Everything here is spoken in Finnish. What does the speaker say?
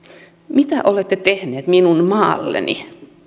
mitä olette tehneet minun maalleni